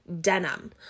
denim